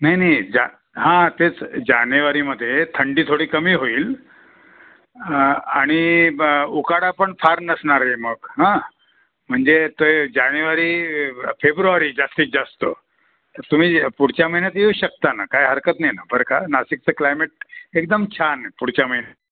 नाही नाही जा हां तेच जानेवारीमध्ये थंडी थोडी कमी होईल आणि ब उकाडा पण फार नसणार आहे मग हं म्हणजे ते जानेवारी फेब्रुवारी जास्तीत जास्त तुम्ही पुढच्या महिन्यात येऊ शकता ना काय हरकत नाही ना बर का नाशिकचं क्लायमेट एकदम छान आहे पुढच्या महिन्यात